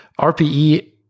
RPE